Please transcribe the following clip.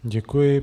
Děkuji.